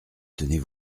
tenez